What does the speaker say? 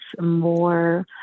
more